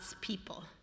people